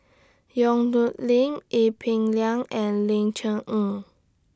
Yong Nyuk Lin Ee Peng Liang and Ling Cher Eng